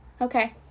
okay